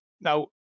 Now